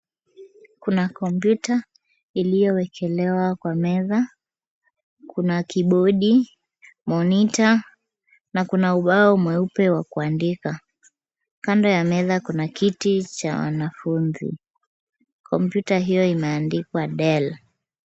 Kuna kompyuta iliyowekelewa kwa meza, kuna kibodi, monitor na kuna ubao mweupe wa kuandika. Kando ya meza kuna kiti cha wanafunzi. Kompyuta hiyo imeandikwa Dell.